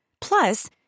Plus